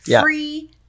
Free